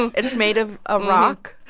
and it's made of a rock